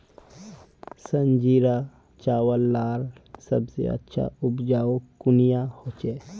संजीरा चावल लार सबसे अच्छा उपजाऊ कुनियाँ होचए?